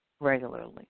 regularly